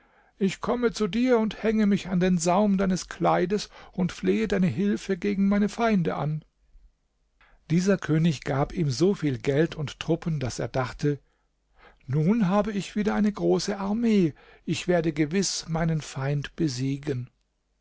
ich komme zu dir und hänge mich an den saum deines kleides und flehe deine hilfe gegen meine feinde an dieser könig gab ihm so viel geld und truppen daß er dachte nun habe ich wieder eine große armee ich werde gewiß meinen feind besiegen